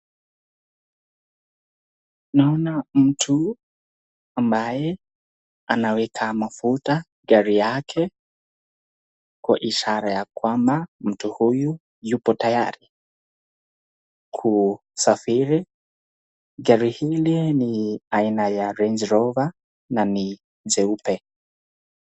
Naona mtu ambaye anaweka mafuta gari yake kwa ishara ya kwamba mtu huyu yupo tayari kusafiri. Gari hili ni aina ya Range Rover na ni jeupe.